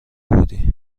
بودی